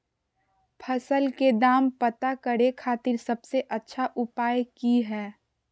फसल के दाम पता करे खातिर सबसे अच्छा उपाय की हय?